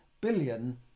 billion